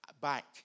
back